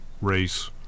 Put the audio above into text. race